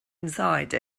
inside